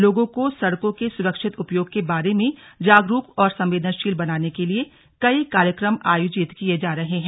लोगों को सड़कों के सुरक्षित उपयोग के बारे में जागरूक और संवेदनशील बनाने के लिए कई कार्यक्रम आयोजित किए जा रहे हैं